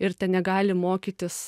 ir ten negali mokytis